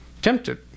Tempted